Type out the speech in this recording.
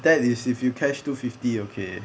that is if you cash two fifty okay